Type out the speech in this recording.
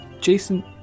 Jason